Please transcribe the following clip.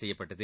செய்யப்பட்டது